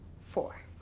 Four